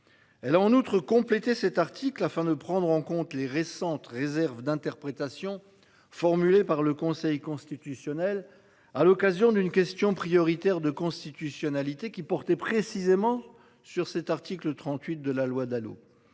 Elle a en outre compléter cet article afin de prendre en compte les récentes réserves d'interprétation, formulées par le Conseil constitutionnel à l'occasion d'une question prioritaire de constitutionnalité qui portait précisément sur cet article 38 de la loi Dalo